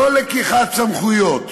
לא לקיחת סמכויות.